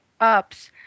Ups